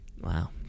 Wow